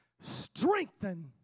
strengthen